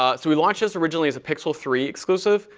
ah so we launched this originally as a pixel three exclusive.